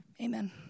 Amen